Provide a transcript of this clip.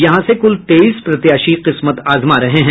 यहां से कुल तेईस प्रत्याशी किस्मत आजमा रहे हैं